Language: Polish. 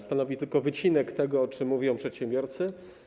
Stanowi tylko wycinek tego, o czym mówią przedsiębiorcy.